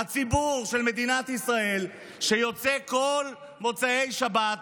הציבור של מדינת ישראל, שיוצא כל מוצאי שבת